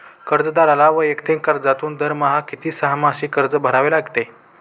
कर्जदाराला वैयक्तिक कर्जातून दरमहा किंवा सहामाही कर्ज भरावे लागते